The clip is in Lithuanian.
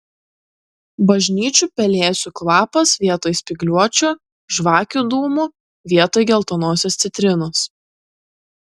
bažnyčių pelėsių kvapas vietoj spygliuočių žvakių dūmų vietoj geltonosios citrinos